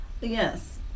Yes